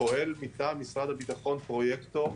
פועל מטעם משרד הביטחון פרויקטור,